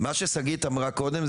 מה ששגית אמרה קודם,